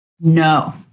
No